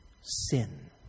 sin